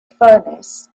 furnace